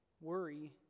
Worry